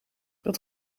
dat